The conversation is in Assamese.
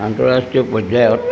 আন্তঃৰাষ্ট্ৰীয় পৰ্যায়ত